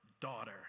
daughter